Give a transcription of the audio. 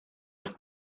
wrth